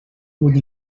vull